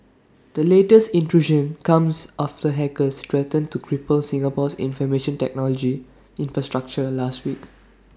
the latest intrusion comes after hackers threatened to cripple Singapore's information technology infrastructure last week